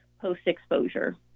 post-exposure